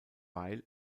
beil